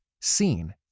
seen